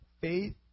faith